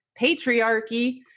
Patriarchy